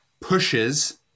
pushes